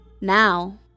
Now